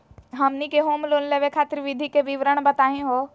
हमनी के home loan लेवे खातीर विधि के विवरण बताही हो?